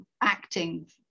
acting